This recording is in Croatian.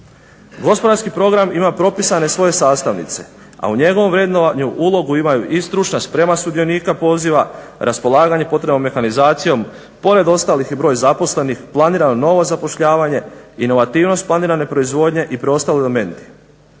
Gospodarski program ima propisane svoje sastavnice, a u njegovom vrednovanju ulogu imaju i stručna sprema sudionika poziva, raspolaganje potrebnom mehanizacijom, pored ostalih i broj zaposlenih, planirano novo zapošljavanje, inovativnost planirane proizvodnje i preostali elementi.